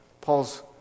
Paul's